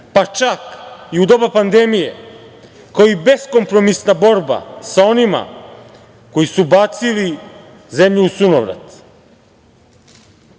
pa čak i u doba pandemije, kao i beskompromisna borba sa onima koji su bacili zemlju u sunovrat,